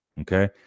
Okay